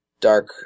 dark